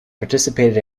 participated